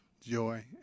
joy